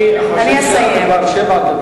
אני חושב שאת דיברת שבע דקות.